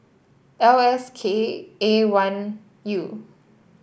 L S K A one U